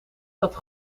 zat